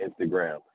Instagram